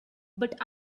but